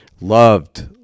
Loved